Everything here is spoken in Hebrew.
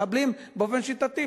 שיגמרו עם העניין הזה,